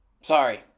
sorry